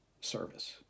service